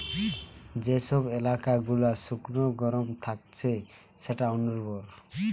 যে সব এলাকা গুলা শুকনো গরম থাকছে সেটা অনুর্বর